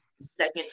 Second